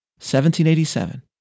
1787